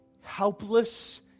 helpless